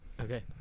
Okay